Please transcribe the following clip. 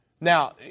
Now